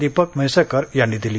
दीपक म्हैसेकर यांनी दिली